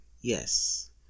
Yes